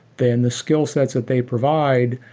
then the skillsets that they provide,